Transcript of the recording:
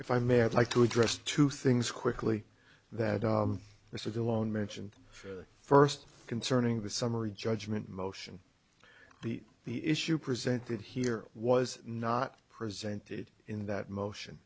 if i may have like to address two things quickly that this was a lone mention first concerning the summary judgment motion be the issue presented here was not presented in that motion